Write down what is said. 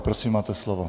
Prosím máte slovo.